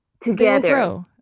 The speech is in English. together